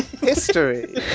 history